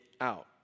out